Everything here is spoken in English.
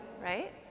right